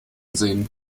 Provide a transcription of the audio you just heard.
sehen